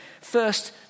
First